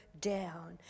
down